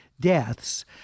deaths